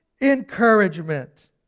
encouragement